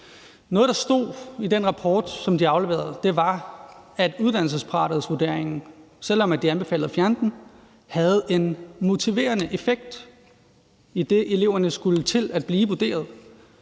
Noget, der stod i den rapport, de afleverede, var, at uddannelsesparathedsvurderingen, selv om de anbefalede at fjerne den, havde en motiverende effekt, idet eleverne skulle blive vurderet.